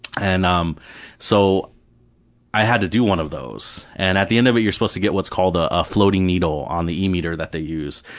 and um so i had to do one of those and at the end of it you're supposed to get what's called a ah floating needle on the e-meter that they use,